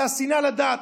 זה השנאה לדת.